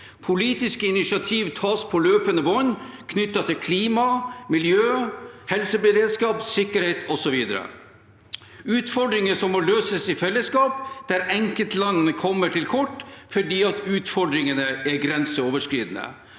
Politiske initiativ tas på løpende bånd knyttet til klima, miljø, helseberedskap, sikkerhet osv., utfordringer som må løses i fellesskap der enkeltland kommer til kort fordi utfordringene er grenseoverskridende.